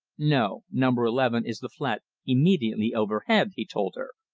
no! number eleven is the flat immediately overhead, he told her.